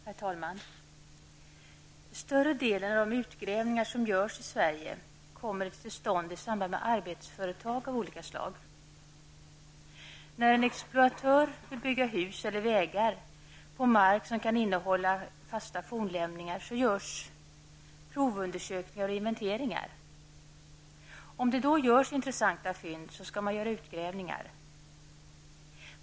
Herr talman! Större delen av de utgrävningar som görs i Sverige kommer till stånd i samband med arbetsföretag av olika slag. När en exploatör vill bygga hus eller vägar på mark som kan innehålla fasta fornlämningar, görs provundersökningar och inventeringar. Om det då görs intressanta fynd, skall man göra utgrävningar.